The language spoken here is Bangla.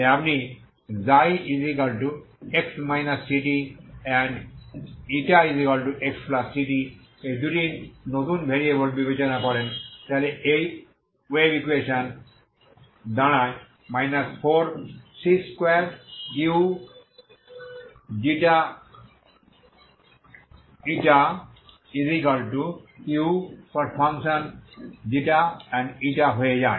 তাই আপনি যদি ξx ct এবং xct এই দুটি নতুন ভেরিয়েবল বিবেচনা করেন তাহলে এই ওয়েভ ইকুয়েশন 4c2uhξηহয়ে যায়